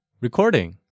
Recording